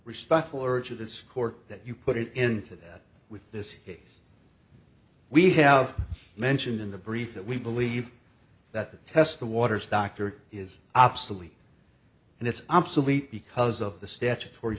respectful urge of this court that you put it into that with this case we have mentioned in the brief that we believe that the test the waters dr is obsolete and it's obsolete because of the statutory